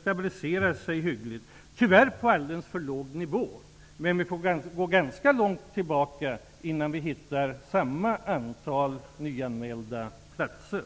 stabiliserats hyggligt -- tyvärr på alldeles för låg nivå. Men man får gå ganska långt tillbaka i tiden för att finna samma antal nyanmälda platser.